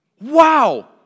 Wow